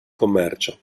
commercio